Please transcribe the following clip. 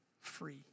free